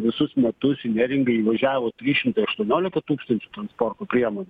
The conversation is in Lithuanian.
visus metus į neringą įvažiavo trys šimtai aštuoniolika tūkstančių transporto priemonių